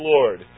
Lord